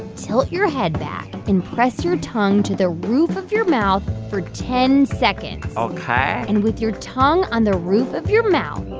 tilt your head back and press your tongue to the roof of your mouth for ten seconds ok and with your tongue on the roof of your mouth,